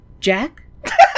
Jack